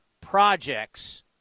projects